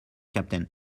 captain